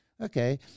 okay